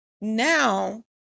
Now